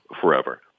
forever